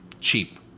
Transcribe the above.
cheap